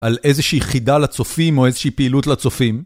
על איזושהי חידה לצופים, או איזושהי פעילות לצופים?